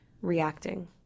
reacting